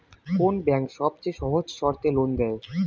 কোন ব্যাংক সবচেয়ে সহজ শর্তে লোন দেয়?